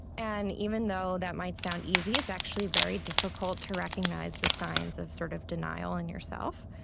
and even though that might sound easy, it's actually very difficult to recognise the signs of sort of denial in yourself.